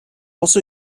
also